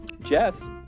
Jess